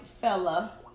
fella